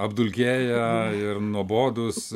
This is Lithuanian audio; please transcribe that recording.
apdulkėję ir nuobodūs